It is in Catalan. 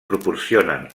proporcionen